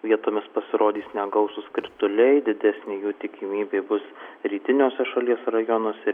vietomis pasirodys negausūs krituliai didesnė jų tikimybė bus rytiniuose šalies rajonuose